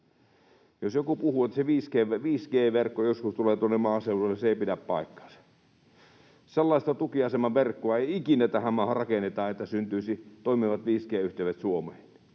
Jos joku puhuu, että se 5G-verkko joskus tulee tuonne maaseudulle, niin se ei pidä paikkaansa. Sellaista tukiasemaverkkoa ei ikinä tähän maahan rakenneta, että syntyisivät toimivat 5G-yhteydet Suomeen,